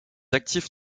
actifs